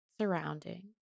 surrounding